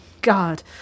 God